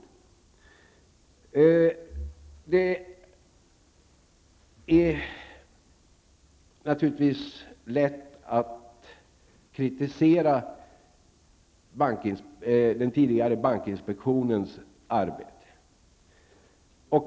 Det är naturligtvis lätt att kritisera den tidigare bankinspektionens arbete.